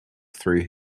through